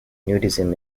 nudism